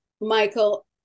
michael